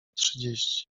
trzydzieści